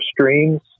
streams